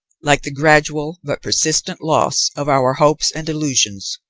like the gradual but persistent loss of our hopes and illusions,